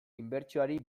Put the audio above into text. inbertsioari